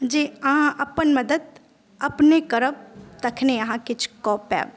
जे अहाँ अपन मदद अपने करब तखने अहाँ किछु कऽ पायब